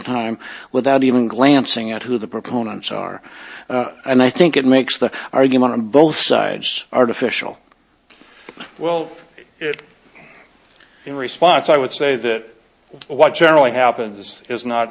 time without even glancing at who the proponents are and i think it makes the argument on both sides artificial well in response i would say that what generally happens is